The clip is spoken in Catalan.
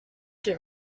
que